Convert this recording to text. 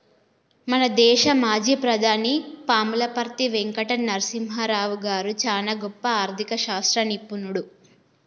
మన దేశ మాజీ ప్రధాని పాములపర్తి వెంకట నరసింహారావు గారు చానా గొప్ప ఆర్ధిక శాస్త్ర నిపుణుడు